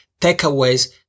takeaways